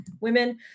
women